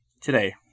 Today